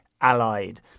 allied